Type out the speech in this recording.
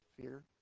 fear